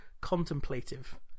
contemplative